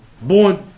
born